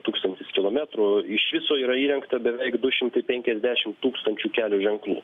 tūkstantis kilometrų iš viso yra įrengta beveik du šimtai penkiasdešim tūkstančių kelio ženklų